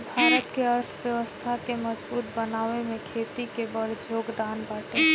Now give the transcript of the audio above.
भारत के अर्थव्यवस्था के मजबूत बनावे में खेती के बड़ जोगदान बाटे